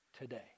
today